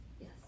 yes